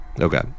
Okay